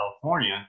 California